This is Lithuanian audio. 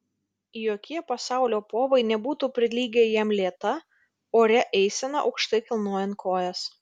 jokie pasaulio povai nebūtų prilygę jam lėta oria eisena aukštai kilnojant kojas